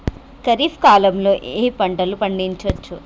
ఖరీఫ్ కాలంలో ఏ ఏ పంటలు పండించచ్చు?